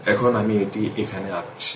এখন আমি এটি এখানে আঁকছি